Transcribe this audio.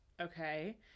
Okay